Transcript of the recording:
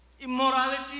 immorality